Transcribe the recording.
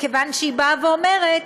מכיוון שהיא באה ואומרת: